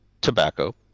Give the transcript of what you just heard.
tobacco